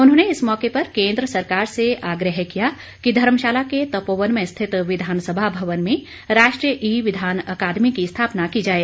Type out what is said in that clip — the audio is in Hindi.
उन्होंने इस मौके पर केन्द्र सरकार से आग्रह किया कि धर्मशाला के तपोवन में स्थित विधानसभा भवन में राष्ट्रीय ई विधान अकादमी की स्थापना की जाए